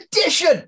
edition